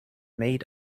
made